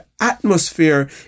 atmosphere